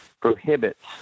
prohibits